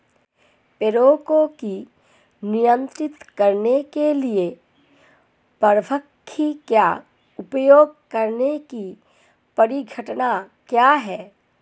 पीड़कों को नियंत्रित करने के लिए परभक्षी का उपयोग करने की परिघटना क्या है?